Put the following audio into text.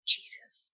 Jesus